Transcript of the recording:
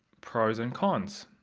pros and cons,